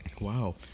Wow